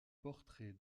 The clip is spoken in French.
portrait